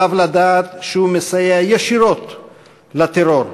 עליו לדעת שהוא מסייע ישירות לטרור,